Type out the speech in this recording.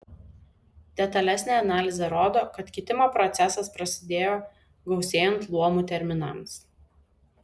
detalesnė analizė rodo kad kitimo procesas prasidėjo gausėjant luomų terminams